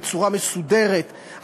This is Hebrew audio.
בצורה מסודרת,